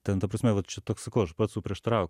ten ta prasme va čia toks sakau aš pats sau prieštarau